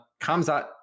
Kamzat